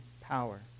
power